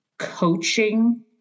Coaching